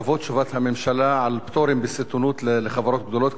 תבוא תשובת הממשלה על פטורים בסיטונות לחברות גדולות,